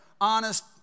honest